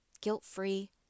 guilt-free